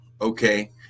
okay